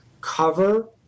cover